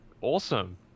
awesome